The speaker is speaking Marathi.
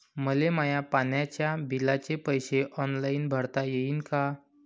मले माया पाण्याच्या बिलाचे पैसे ऑनलाईन भरता येईन का?